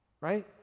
Right